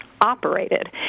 operated